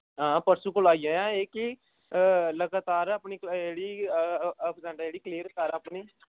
हां परसों कोला दा आई जाया कि लगातार अपनी जेह्ड़ी अवसैंट ऐ कलेयर कर अपनी